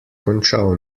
končal